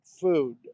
food